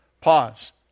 pause